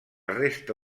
resta